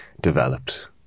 developed